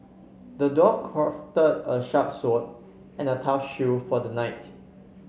the dwarf crafted a sharp sword and a tough shield for the knight